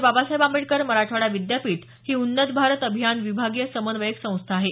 बाबासाहेब आंबेडकर मराठवाडा विद्यापीठ ही उन्नत भारत अभियान विभागीय समन्वयक संस्था आहे